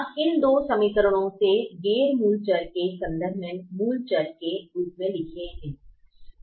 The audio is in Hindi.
अब इन दो समीकरणों से गैर मूल चर के संदर्भ में मूल चर के रूप में लिखे है